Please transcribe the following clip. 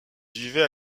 vivait